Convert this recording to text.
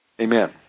Amen